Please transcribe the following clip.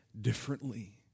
differently